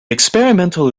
experimental